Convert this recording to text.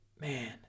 man